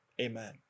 amen